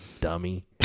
Dummy